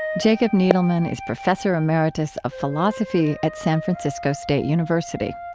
jacob needleman is professor emeritus of philosophy at san francisco state university.